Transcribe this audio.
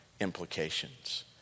implications